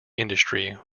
industry